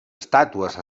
estàtues